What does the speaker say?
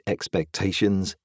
Expectations